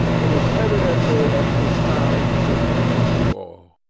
it is evidently a profound secret to all